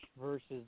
versus